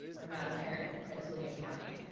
i'm not a parent in prince william county.